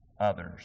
others